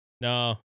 No